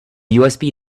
usb